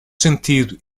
sentido